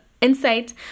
insight